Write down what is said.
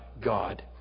God